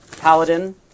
Paladin